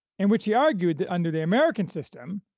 in which he argued that under the american system,